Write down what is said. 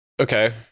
Okay